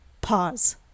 Pause